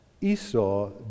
Esau